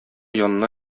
янына